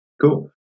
Cool